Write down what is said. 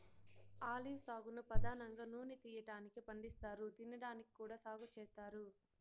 olive సాగును పధానంగా నూనె తీయటానికి పండిస్తారు, తినడానికి కూడా సాగు చేత్తారు